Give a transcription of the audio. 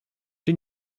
czy